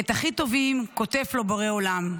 את הכי טובים קוטף לו בורא עולם,